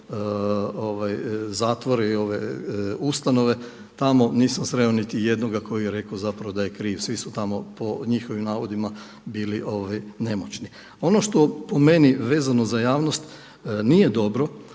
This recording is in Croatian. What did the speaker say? zatvore i ustanove tamo nisam sreo niti jednoga koji je rekao zapravo da je kriv, svi su tamo po njihovim navodima bili nemoćni. Ono što po meni vezano za javnost nije dobro